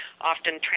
often